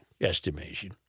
estimation